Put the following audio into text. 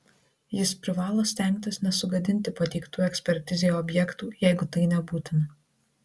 jis privalo stengtis nesugadinti pateiktų ekspertizei objektų jeigu tai nebūtina